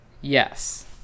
yes